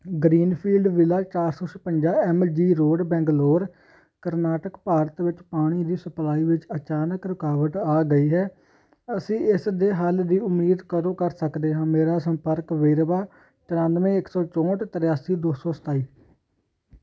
Greenfield villa ਚਾਰ ਸੌ ਛਪੰਜਾ M G road Bangalore Karnataka Bharat ਵਿੱਚ ਪਾਣੀ ਦੀ ਸਪਲਾਈ ਵਿੱਚ ਅਚਾਨਕ ਰੁਕਾਵਟ ਆ ਗਈ ਹੈ ਅਸੀਂ ਇਸ ਦੇ ਹੱਲ ਦੀ ਉਮੀਦ ਕਦੋਂ ਕਰ ਸਕਦੇ ਹਾਂ ਮੇਰਾ ਸੰਪਰਕ ਵੇਰਵਾ ਤ੍ਰਿਆਨਵੇਂ ਇੱਕ ਸੌ ਚੋਂਹਠ ਤ੍ਰਿਆਸੀ ਦੋ ਸੌ ਸਤਾਈ